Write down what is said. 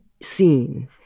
seen